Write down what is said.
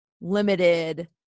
limited